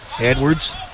Edwards